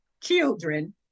children